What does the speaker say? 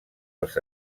els